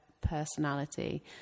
personality